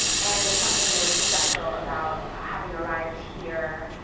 and there's something really special about having arrived here,